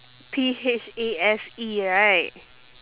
P H A S E right